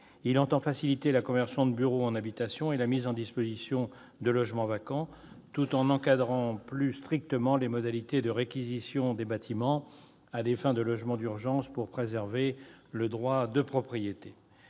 Il entend faciliter la conversion de bureaux en habitations et la mise à disposition de logements vacants, tout en encadrant plus strictement les modalités de réquisition des bâtiments à des fins de logement d'urgence pour préserver le droit de propriété.